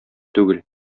түгел